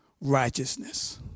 righteousness